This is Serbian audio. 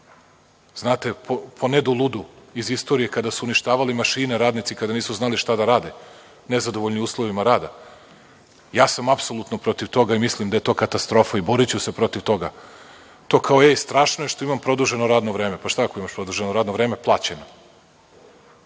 znate, po Nedu Ludu iz istorije, kada su uništavali mašine radnici, kada nisu znali šta da rade nezadovoljni uslovima rada, ja sam apsolutno protiv toga i mislim da je to katastrofa i boriću se protiv toga. To kao – ej, strašno je što imam produženo radno vreme. Pa šta ako imaš produženo radno vreme? Plaćeno